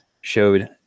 showed